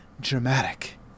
dramatic